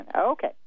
Okay